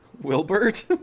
Wilbert